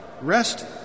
rest